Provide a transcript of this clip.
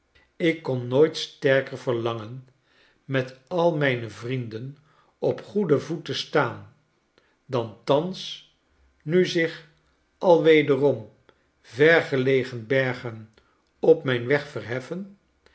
ik kon nooit sterker verlangen met al mijne vrienden op goeden voet te staan dan thans nu zich al wederom ver gelegen bergen op mijn weg verheffen